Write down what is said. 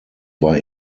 war